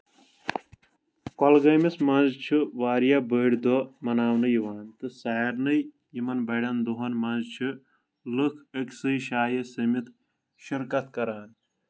کۄلگٲمِس منٛز چھُ واریاہ بٔڑ دۄہ مَناونہٕ یِوان تہٕ سارنٕے یِمن بَڑٮ۪ن دۄہَن منٛز چھِ لُکھ أکسٕے جایہِ سٔمِتھ شِرکَت کران